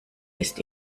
ist